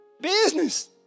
business